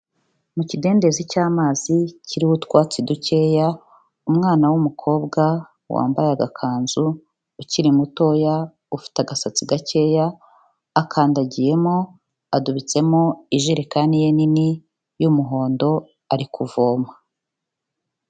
Mu kidendezi cy'amazi kiriho utwatsi dukeya, umwana w'umukobwa wambaye agakanzu ukiri mutoya ufite agasatsi gakeya, akandagiyemo adubitsemo ijerekani ye nini y'umuhondo, ari kuvoma.